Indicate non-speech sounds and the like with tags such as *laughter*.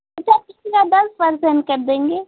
*unintelligible* कितना दस पर्सेन्ट कर देंगे